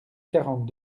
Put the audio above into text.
quarante